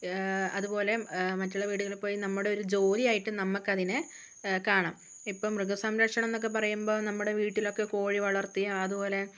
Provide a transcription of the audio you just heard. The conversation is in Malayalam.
അതുപോലെ മറ്റുള്ള വീടുകളിൽ പോയി നമ്മുടെ ഒരു ജോലിയായിട്ടും നമുക്ക് അതിനെ കാണാം ഇപ്പം മൃഗസംരക്ഷണം എന്നൊക്കെ പറയുമ്പം നമ്മുടെ വീട്ടിലൊക്കെ കോഴിവളർത്തിയും അതുപോലെ